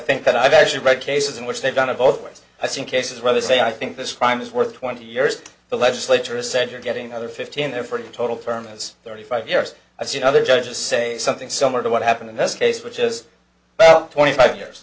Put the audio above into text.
think that i've actually read cases in which they've done of both ways i've seen cases where they say i think this crime is worth twenty years the legislature has said you're getting another fifteen there for the total term is thirty five years i've seen other judges say something somewhere to what happened in this case which is about twenty five years